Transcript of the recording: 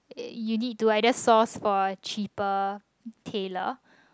you need to either source for a cheaper tailor